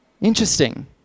interesting